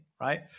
Right